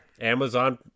Amazon